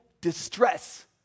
distress